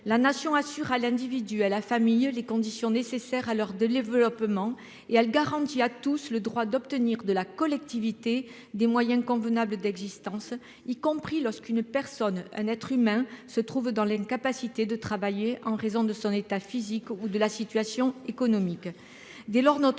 la Nation assure à l'individu à la famille les conditions nécessaires à leur de développement et elle garantit à tous le droit d'obtenir de la collectivité des moyens convenables d'existence y compris lorsqu'une personne un être humain se trouve dans l'incapacité de travailler en raison de son état physique ou de la situation économique.